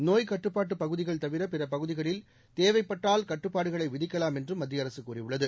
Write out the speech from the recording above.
நோய்க்கட்டுப்பாட்டு பகுதிகள் தவிர பிற பகுதிகளில் தேவைப்பட்டால் கட்டுப்பாடுகளை விதிக்கலாம் என்றம் மத்திய அரசு கூறியுள்ளது